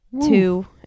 two